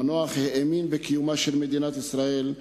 המנוח האמין בקיומה של מדינת ישראל,